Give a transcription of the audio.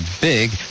big